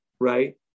right